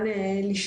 ז' באדר א' תשפ"ב,